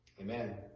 Amen